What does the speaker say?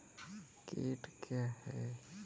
कीट क्या है?